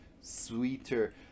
sweeter